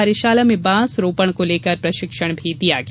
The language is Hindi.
कार्यशाला में बाँस रोपण को लेकर प्रशिक्षण दिया गया